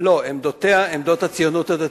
לא, עמדותיה עמדות הציונות הדתית.